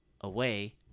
away